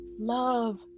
love